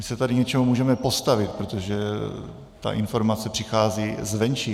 My se tady něčemu můžeme postavit, protože ta informace přichází zvenčí.